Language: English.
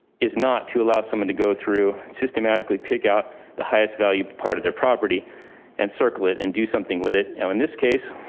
is not to allow someone to go through systematically, pick out the highest value part of their property and circle it and do something with it. now, in this case,